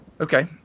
Okay